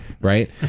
Right